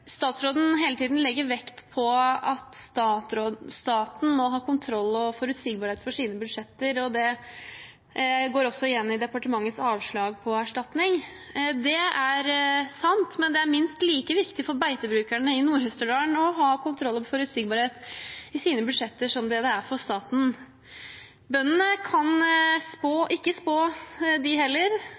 statsråden hele tiden legger vekt på at staten må ha kontroll og forutsigbarhet for sine budsjetter. Det går også igjen i departementets avslag på erstatning. Det er sant, men det er minst like viktig for beitebrukerne i Nord-Østerdal å ha kontroll og forutsigbarhet for sine budsjetter som det det er for staten. Bøndene kan ikke spå, de heller,